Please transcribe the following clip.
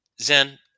Zen